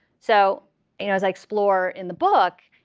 so you know as i explore in the book,